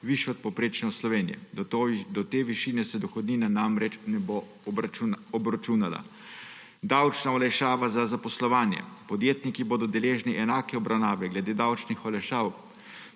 višjo od povprečne v Sloveniji. Do te višine se dohodnina namreč ne bo obračunala. Davčna olajšava za zaposlovanje, podjetniki bodo deležni enake obravnave glede davčnih olajšav